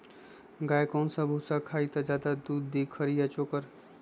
गाय कौन सा भूसा खाई त ज्यादा दूध दी खरी या चोकर?